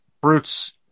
Brutes